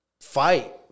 fight